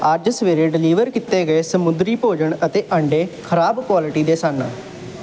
ਅੱਜ ਸਵੇਰੇ ਡਲੀਵਰ ਕੀਤੇ ਗਏ ਸਮੁੰਦਰੀ ਭੋਜਨ ਅਤੇ ਅੰਡੇ ਖਰਾਬ ਕੁਆਲਿਟੀ ਦੇ ਸਨ